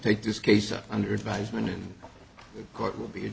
take this case under advisement in court will be